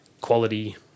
quality